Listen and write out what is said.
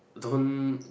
don't